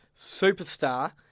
superstar